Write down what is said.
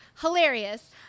Hilarious